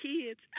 kids